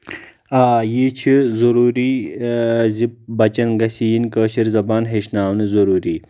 آ یہِ چھُ ضروٗرۍ زِ بچن گَژھِ یِنۍ کٲشِر زبان ہیٚچھناونہٕ ضروٗری